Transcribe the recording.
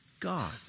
God